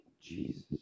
Jesus